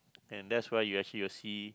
and that's where you actually will see